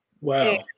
Wow